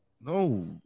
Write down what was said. no